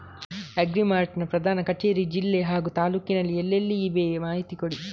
Agri mart ನ ಪ್ರಧಾನ ಕಚೇರಿ ಜಿಲ್ಲೆ ಹಾಗೂ ತಾಲೂಕಿನಲ್ಲಿ ಎಲ್ಲೆಲ್ಲಿ ಇವೆ ಮಾಹಿತಿ ಕೊಡಿ?